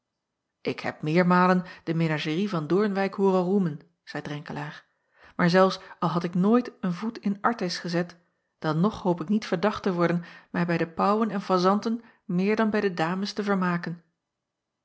k heb meermalen de menagerie van oornwijck hooren roemen zeî renkelaer maar zelfs al had ik nooit een voet in rtis gezet dan nog hoop ik niet verdacht te worden mij bij de paauwen en fazanten meer dan bij de dames te vermaken